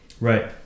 Right